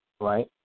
right